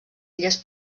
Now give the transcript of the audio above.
illes